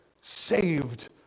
saved